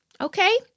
Okay